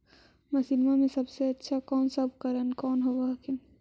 मसिनमा मे सबसे अच्छा कौन सा उपकरण कौन होब हखिन?